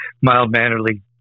mild-mannerly